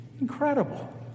incredible